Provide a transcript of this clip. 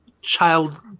child